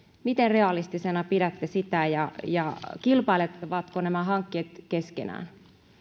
miten realistisena pidätte sitä ja ja kilpailevatko nämä hankkeet keskenään